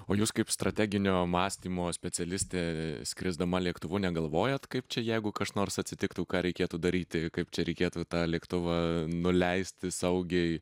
o jūs kaip strateginio mąstymo specialistė skrisdama lėktuvu negalvojat kaip čia jeigu kas nors atsitiktų ką reikėtų daryti kaip čia reikėtų tą lėktuvą nuleisti saugiai